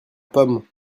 pomme